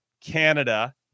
Canada